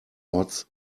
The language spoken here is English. odds